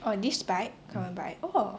orh this bike current bike oh